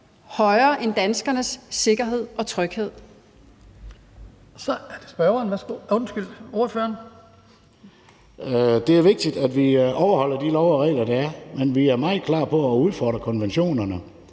Fredslund Petersen (DD): Det er vigtigt, at vi overholder de love og regler, der er. Men vi er meget klar på at udfordre konventionerne